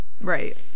Right